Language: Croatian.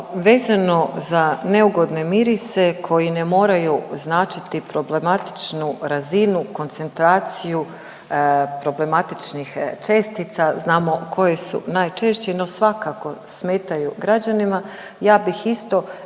vezano za neugodne mirise koji ne moraju značiti problematičnu razinu koncentraciju problematičnih čestica, znamo koje su najčešće no svakako smetaju građanima. Ja bih isto evo